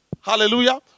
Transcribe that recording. Hallelujah